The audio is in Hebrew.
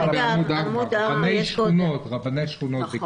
רבנים בעמוד 4. רבני שכונות, רבני שכונות בעיקר.